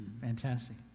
Fantastic